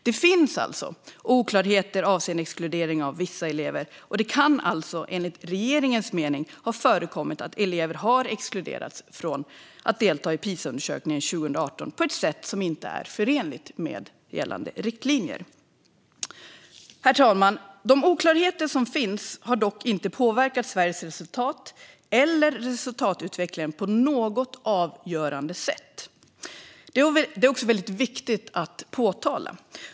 Det finns alltså oklarheter avseende exkluderingen av vissa elever, och det kan enligt regeringens mening ha förekommit att elever har exkluderats från att delta i Pisaundersökningen 2018 på ett sätt som inte är förenligt med gällande riktlinjer. Herr talman! De oklarheter som finns har dock inte påverkat Sveriges resultat eller resultatutveckling på något avgörande sätt. Detta är viktigt att påpeka.